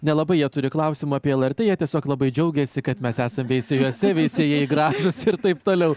nelabai jie turi klausimų apie lrt jie tiesiog labai džiaugiasi kad mes esam veisiejuose veisiejai gražūs ir taip toliau